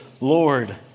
Lord